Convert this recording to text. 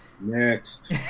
next